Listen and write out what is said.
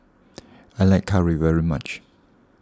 I like curry very much